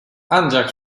ancak